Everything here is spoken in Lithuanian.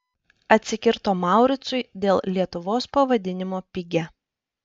atsikirto mauricui dėl lietuvos pavadinimo pigia